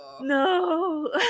no